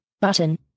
button